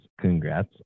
congrats